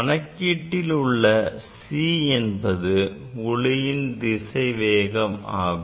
கணக்கீட்டில் உள்ள c என்பது ஒளியின் திசைவேகம் ஆகும்